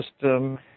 system